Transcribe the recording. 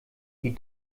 die